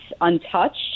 untouched